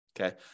Okay